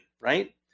right